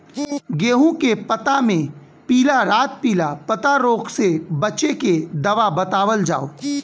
गेहूँ के पता मे पिला रातपिला पतारोग से बचें के दवा बतावल जाव?